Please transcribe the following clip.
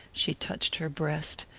she touched her breast.